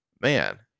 Man